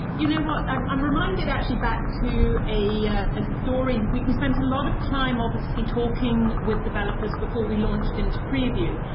you know what? i'm um reminded actually back to a ah story. we we spent a lot of time obviously talking with developers before we launched into preview.